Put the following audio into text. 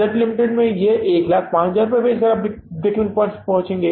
Z limited के मामले में हम बिक्री के 105000 रुपये बेचकर ब्रेक इवन पॉइंट्स तक पहुंच रहे हैं